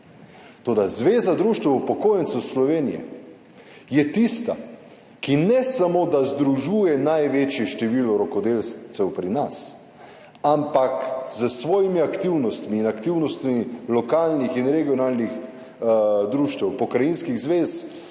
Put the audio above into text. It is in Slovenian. Zveza društev upokojencev Slovenije je tista, ki ne samo, da združuje največje število rokodelcev pri nas, ampak s svojimi aktivnostmi in aktivnostmi lokalnih in regionalnih društev, pokrajinskih zvez